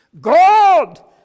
God